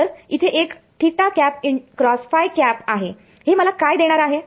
तर इथे एक आहे हे मला काय देणार आहे